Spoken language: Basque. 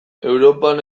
europan